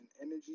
energy